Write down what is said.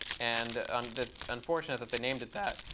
and and it's unfortunate that they named it that.